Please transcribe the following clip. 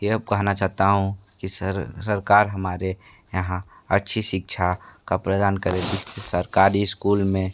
ये कहना चाहता हूँ कि सर सरकार हमारे यहाँ अच्छी शिक्षा का प्रदान करे जिससे सरकारी स्कूल में